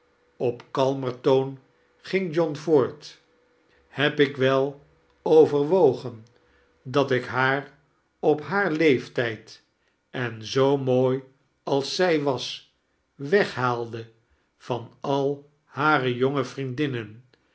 op kalmer toon ging john voort heb ik wel overwogen dat ik liaar op haar leeftijd en zoo mooi als zij was weghaalde van al hare jonge vriendinnen